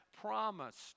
promised